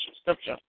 scripture